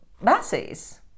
masses